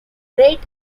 great